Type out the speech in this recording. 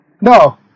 No